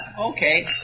Okay